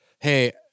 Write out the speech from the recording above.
hey